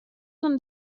non